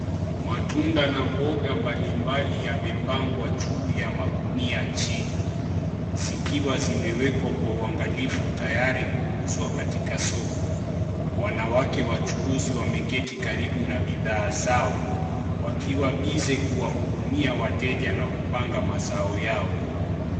Matunda na mboga mbali mbali yamepangwa juu ya magunia chini zikiwa zimemewekwa kwa uangalifu tayari kuuzwa katika soko. Wanawake wachuuzi wameketi karibu na bidhaa zao wakiwa busy kuwahudumia wateja na kupanga mazao yao.